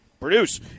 produce